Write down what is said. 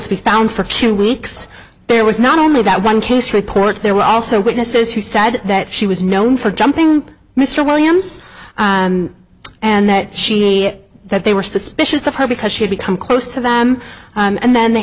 to be found for two weeks there was not only that one case report there were also witnesses who said that she was known for jumping mr williams and that she that they were suspicious of her because she'd become close to them and then they